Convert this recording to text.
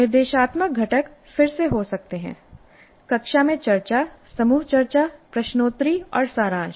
निर्देशात्मक घटक फिर से हो सकते हैं कक्षा में चर्चा समूह चर्चा प्रश्नोत्तरी और सारांश